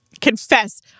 confess